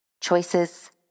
choices